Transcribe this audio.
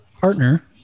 partner